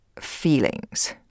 feelings